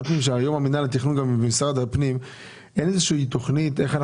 תכנית 06-22-01, שירותי דת שוטפים.